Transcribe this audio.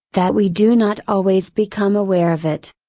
that we do not always become aware of it.